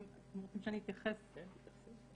אתם רוצים שאני אתייחס לעניין של קטינים?